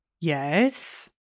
yes